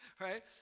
right